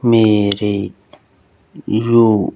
ਮੇਰੇ ਰੁ